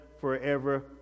forever